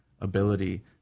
ability